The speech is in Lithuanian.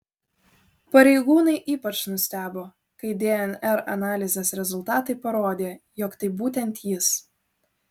pareigūnai ypač nustebo kai dnr analizės rezultatai parodė jog tai būtent jis